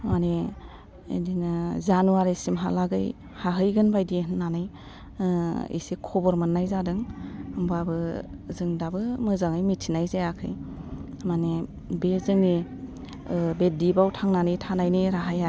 माने बिदिनो जानुवारि सिमहालागै हाहैगोनबायदि होन्नानै एसे खबर मोन्नाय जादों होनबाबो जों दाबो मोजाङै मिथिनाय जायाखै मानि बे जोंनि बे डिबआव थांनानै थानाय राहाया एसे